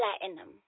Platinum